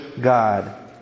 God